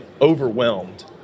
overwhelmed